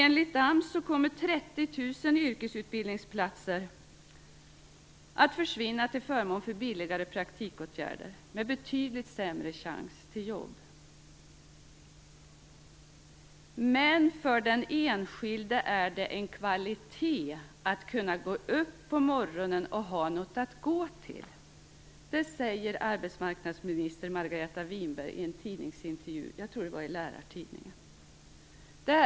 Enligt AMS kommer 30 000 yrkesutbildningsplatser att försvinna till förmån för billigare praktikåtgärder, med betydligt sämre chans till jobb. Men för den enskilde är det en kvalitet att kunna gå upp på morgonen och ha något att gå till. Det säger arbetsmarknadsminister Margareta Winberg i en tidningsintervju, i Lärartidningen, tror jag.